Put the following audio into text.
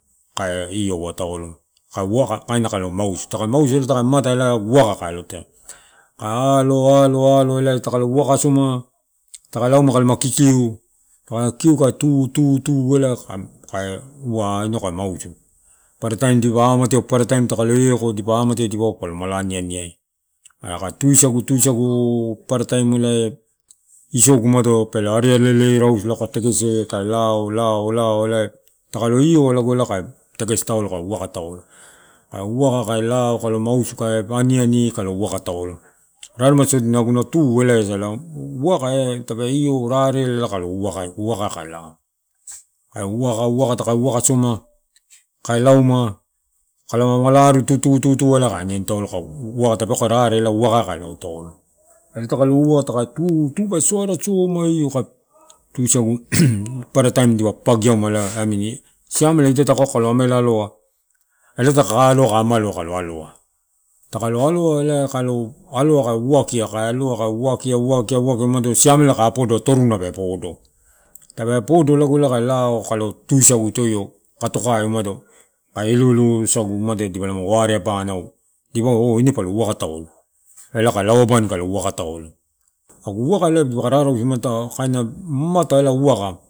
Kae ioua taolo, kaina kaeua kalo mausu, taka mausu takae ma mamata elai vaka kae alo taolo. Kae alo taolo. kae aloalo aloalo elai taka uaka asoma taka lauma a kalama kikiu, kae kikiu kae tu, tu, tu ela kae, kaeu ahh inau kae mausu. Parataim dipa amatiau, parataim takalo eko dipa amatiau dipwava palo mala anianiai. Ela kae tusagu, tusagu, tusagu paramataim elai isogu pelo arii ale alei lago kae tegese kae lao, lao, lao elai takolo ioua lago elai kae tegese taolo kae vaka taolo. Kae uaka kae lao kalo mausu kae aniani kalo waka taio. Raremai sodina aguna tuu elai asa ia. Uaka etepe io rareela ela kalo uaegu, vaka kaelao. Kae uaka, uaka takae uaka asoma ikae lauma, kalama aruu mala tu, tu, tu ela kae aniani taolo kae uaka tepeua kae rare elai uakai kae lao taolo, elai takaua ka tu, elai tu pe soara somai au kae tusagu parataim dipa papagiauma elai amini siameala idai takaeu kaloameala aloa, ela kalo aloa ka uakia, kae aloa toruna pe pado. Tepe pado lago elai kae kalo tusagu itoi katokai umado kae eloelo isagu umado dipalama wareapanau, diaua oo ine palo uaka taolo, elai kai lao abani kalo uaka taolo. Agu uaka elai dipaka rarausu mata elai uaka.